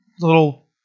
little